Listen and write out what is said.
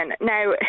Now